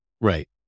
Right